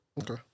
Okay